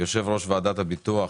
יושב ראש ועדת ביטוח